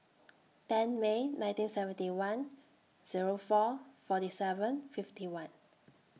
ten May nineteen seventy one Zero four forty seven fifty one